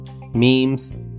memes